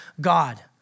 God